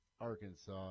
Arkansas